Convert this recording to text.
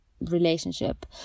relationship